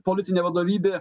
politinė vadovybė